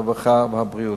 הרווחה והבריאות.